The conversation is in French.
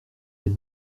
elle